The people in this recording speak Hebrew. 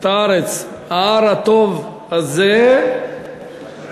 את הארץ, ההר הטוב הזה והלבנון".